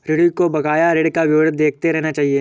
ऋणी को बकाया ऋण का विवरण देखते रहना चहिये